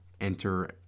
enter